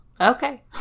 Okay